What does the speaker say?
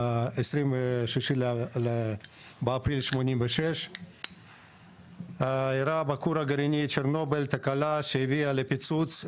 בתאריך ה-26 באפריל 1986 אירעה תקלה בכור הגרעיני